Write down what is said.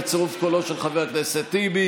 בצירוף קולו של חבר הכנסת טיבי,